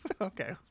Okay